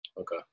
okay